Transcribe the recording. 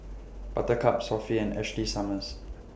Buttercup Sofy and Ashley Summers